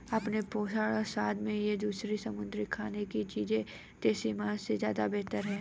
अपने पोषण और स्वाद में ये दूसरी समुद्री खाने की चीजें देसी मांस से ज्यादा बेहतर है